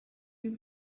you